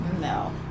No